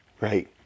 right